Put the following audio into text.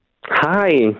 Hi